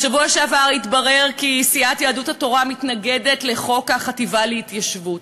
בשבוע שעבר התברר כי סיעת יהדות התורה מתנגדת לחוק החטיבה להתיישבות.